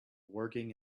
working